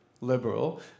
liberal